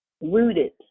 rooted